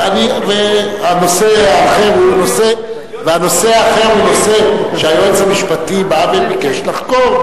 והנושא האחר הוא נושא שהיועץ המשפטי בא וביקש לחקור,